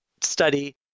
study